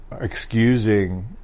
excusing